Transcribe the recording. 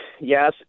yes